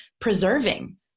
preserving